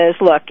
look